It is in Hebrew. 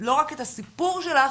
לא רק את הסיפור שלך,